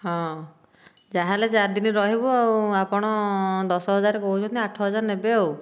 ହଁ ଯାହା ହେଲେ ଚାରି ଦିନ ରହିବୁ ଆଉ ଆପଣ ଦଶ ହଜାର କହୁଛନ୍ତି ଆଠ ହଜାର ନବେ ଆଉ